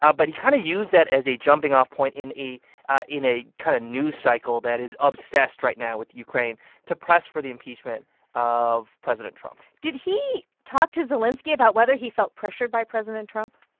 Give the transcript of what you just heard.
ah but he kind of used that as a jumping-off point in a ah in a kind of news cycle that is obsessed right now with ukraine to press for the impeachment of president trump did he talk to zelenskiy about whether he felt pressured by president trump?